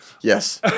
Yes